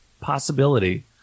possibility